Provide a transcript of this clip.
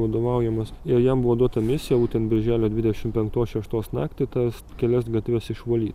vadovaujamas ir jam buvo duota misija būtent birželio dvidešimt penktos šeštos naktį tas kelias gatves išvalyt